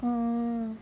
oh